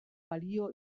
balio